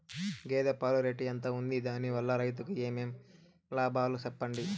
గేదె పాలు రేటు ఎంత వుంది? దాని వల్ల రైతుకు ఏమేం లాభాలు సెప్పండి?